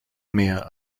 mehr